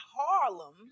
Harlem